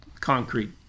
concrete